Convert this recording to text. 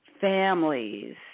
families